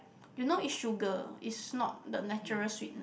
you know is sugar is not the natural sweetener